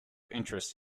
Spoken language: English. interest